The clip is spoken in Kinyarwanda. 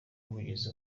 umuvugizi